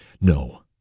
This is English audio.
no